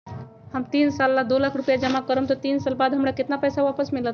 हम तीन साल ला दो लाख रूपैया जमा करम त तीन साल बाद हमरा केतना पैसा वापस मिलत?